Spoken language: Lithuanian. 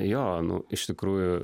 jo nu iš tikrųjų